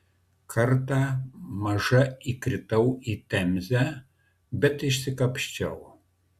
kartą maža įkritau į temzę bet išsikapsčiau